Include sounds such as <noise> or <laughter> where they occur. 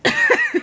<laughs>